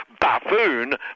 buffoon